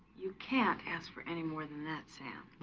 you can't ask for any more than that sam